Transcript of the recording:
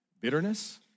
bitterness